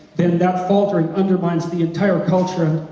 then that faltering undermines the entire culture and,